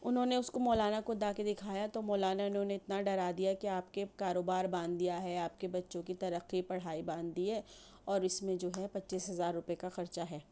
انہوں نے اس کو مولانا کو جا کے دکھایا تو مولانا نے انہیں اتنا ڈرا دیا کہ آپ کے کاروبار باندھ دیا ہے آپ کے بچوں کی ترقی پڑھائی باندھ دی ہے اور اس میں جو ہے پچیس ہزار روپئے کا خرچہ ہے